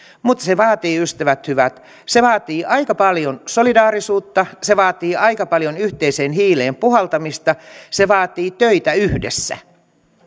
mutta se vaatii ystävät hyvät aika paljon solidaarisuutta se vaatii aika paljon yhteiseen hiileen puhaltamista se vaatii töitä yhdessä